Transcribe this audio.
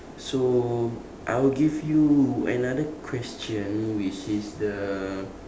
so I'll give you another question which is the